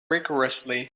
rigourously